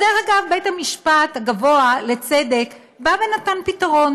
ודרך אגב, בית המשפט הגבוה לצדק בא ונתן פתרון.